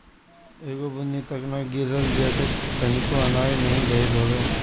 एगो बुन्नी तक ना गिरल जेसे तनिको आनाज नाही भइल हवे